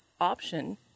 option